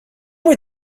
were